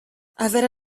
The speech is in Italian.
avere